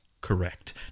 correct